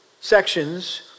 sections